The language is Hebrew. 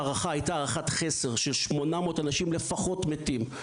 ההערכה הייתה הערכת חסר של 800 אנשים לפחות מתים.